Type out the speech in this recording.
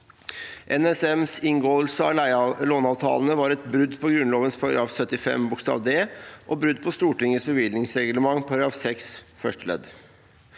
NSMs inngåelse av låneavtalene var et brudd på Grunnloven § 75 d og på Stortingets bevilgningsreglement § 6 første ledd.